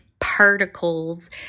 particles